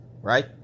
Right